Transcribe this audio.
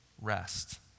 rest